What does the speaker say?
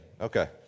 Okay